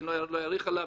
אני לא אאריך עליו,